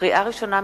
לקריאה ראשונה,